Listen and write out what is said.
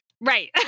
Right